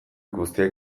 guztiak